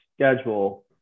schedule